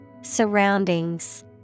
Surroundings